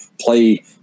play